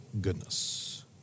goodness